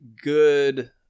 good